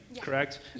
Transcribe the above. correct